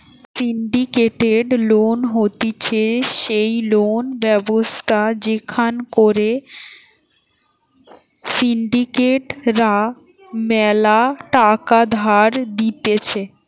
syndicated loan হতিছে সেই loan ব্যবস্থা যেখান করে সিন্ডিকেট রা ম্যালা টাকা ধার দিতেছে